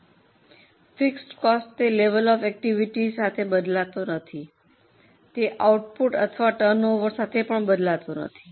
હવે fixed cost તે level of એકટીવીટીને સાથે બદલાતો નથી તે આઉટપુટ અથવા ટર્નઓવર સાથે બદલાતો નથી